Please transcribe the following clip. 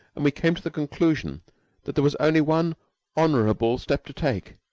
and we came to the conclusion that there was only one honorable step to take.